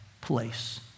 place